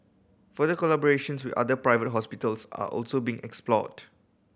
further collaborations with other private hospitals are also being explored